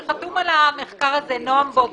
שחתום על המחקר הזה נועם בודוש,